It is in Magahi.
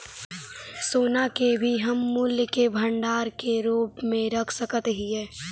सोना के भी हम मूल्य के भंडार के रूप में रख सकत हियई